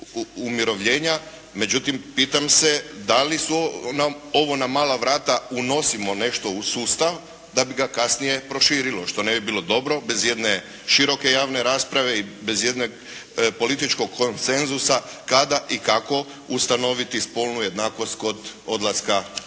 umirovljenja, međutim pitam se da li na mala vrata unosimo nešto u sustav da bi ga kasnije proširilo što ne bi bilo dobro bez jedne široke javne rasprave i bez jednog političkog konsenzusa kada i kako ustanoviti spolnu jednakost kod odlaska